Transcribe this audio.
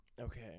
Okay